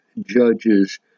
judges